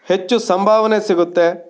ಹೆಚ್ಚು ಸಂಭಾವನೆ ಸಿಗುತ್ತೆ